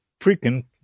freaking